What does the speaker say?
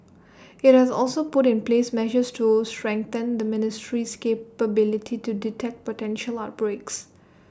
IT has also put in place measures to strengthen the ministry's capability to detect potential outbreaks